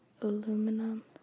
aluminum